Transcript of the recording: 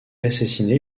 assassiné